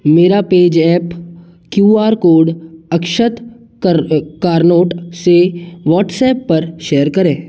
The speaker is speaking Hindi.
मेरा पेजैप क्यू आर कोड अक्षत कर कारनोट से वॉट्सएप पर शेयर करें